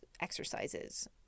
exercises